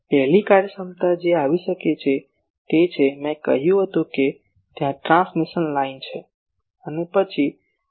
પહેલી કાર્યક્ષમતા જે આવી શકે છે તે છે મેં કહ્યું હતું કે ત્યાં ટ્રાન્સમિશન લાઇન છે અને પછી એન્ટેના શરૂ થઈ રહી છે